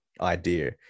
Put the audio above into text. idea